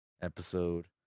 episode